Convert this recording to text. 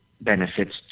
benefits